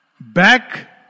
Back